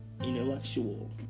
intellectual